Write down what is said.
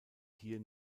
hier